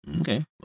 Okay